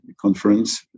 conference